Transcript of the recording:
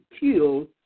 kill